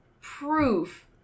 Proof